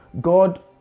God